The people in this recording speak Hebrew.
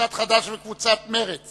קבוצת סיעת חד"ש וקבוצת סיעת מרצ